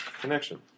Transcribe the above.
Connection